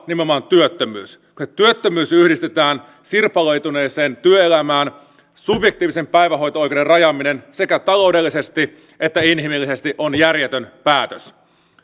nimenomaan työttömyys kun se työttömyys yhdistetään sirpaloituneeseen työelämään subjektiivisen päivähoito oikeuden rajaaminen sekä taloudellisesti että inhimillisesti on järjetön päätös